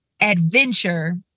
adventure